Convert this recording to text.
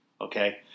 okay